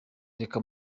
reka